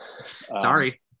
Sorry